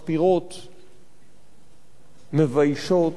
מחפירות, מביישות.